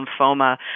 lymphoma